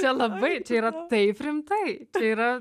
čia labai čia yra taip rimtai čia yra